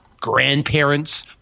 grandparents